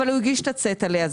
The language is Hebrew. אבל הוא הגיש את הצטלה הזה.